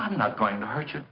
i'm not going to hurt you